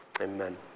Amen